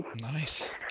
Nice